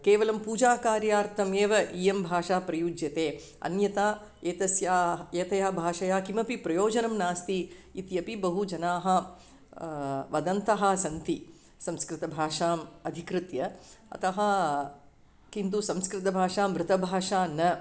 केवलं पूजाकार्यार्थम् एव इयं भाषा प्रयुज्यते अन्यथा एतस्याः एतया भाषया किमपि प्रयोजनं नास्ति इत्यपि बहु जनाः वदन्तः सन्ति संस्कृतभाषाम् अधिकृत्य अतः किन्तु संस्कृतभाषा मृतभाषा न